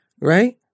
right